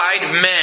men